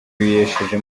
yesheje